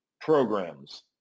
programs